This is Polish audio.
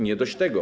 Nie dość tego.